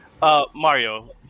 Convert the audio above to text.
Mario